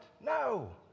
No